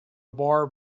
bar